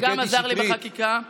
שגם עזר לי בחקיקה,